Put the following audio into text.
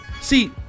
See